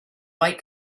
white